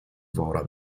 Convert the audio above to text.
wora